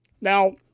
Now